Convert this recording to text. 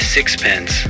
Sixpence